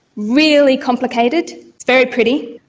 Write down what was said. really complicated, it's very pretty,